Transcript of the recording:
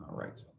right,